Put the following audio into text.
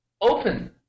Open